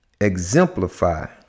Exemplify